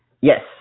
Yes